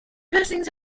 pressings